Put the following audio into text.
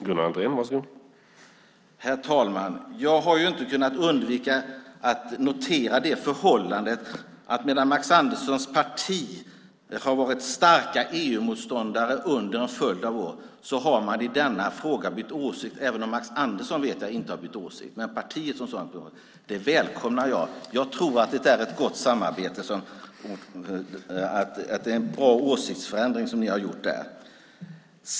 Herr talman! Jag har inte kunnat undvika att notera det förhållande att medan Max Anderssons parti har varit starka EU-motståndare under en följd av år har man i denna fråga bytt åsikt, även om jag vet att Max Andersson inte har gjort det. Det välkomnar jag; det är en bra åsiktsförändring som ni har gjort.